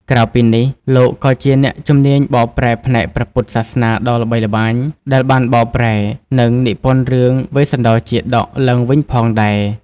ក្រៅពីនេះ លោកក៏ជាអ្នកជំនាញបកប្រែផ្នែកព្រះពុទ្ធសាសនាដ៏ល្បីល្បាញ ដែលបានបកប្រែ និងនិពន្ធរឿង វេស្សន្ដរជាតក ឡើងវិញផងដែរ។